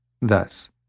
Thus